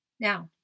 Now